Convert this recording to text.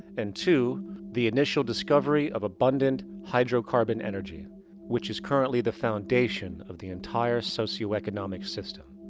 and two the initial discovery of abundant hydrocarbon energy which is currently the foundation of the entire socio-economic system.